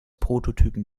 prototypen